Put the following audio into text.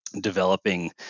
developing